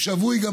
הוא שבוי גם,